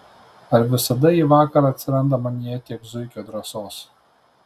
ar visada į vakarą atsiranda manyje tiek zuikio drąsos